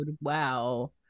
Wow